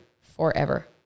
forever